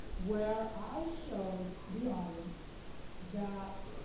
where i showed the audience that